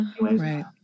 right